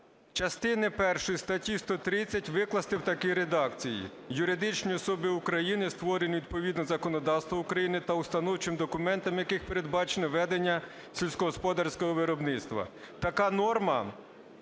частини першої статті 130 викласти в такій редакції: " Юридичні особи України, створені відповідно до законодавства України та установчими документами яких передбачено ведення сільськогосподарського виробництва". Така норма